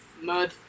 mud